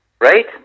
Right